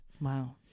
Wow